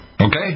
Okay